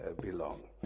belong